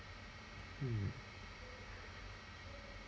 mm